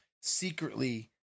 secretly